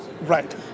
Right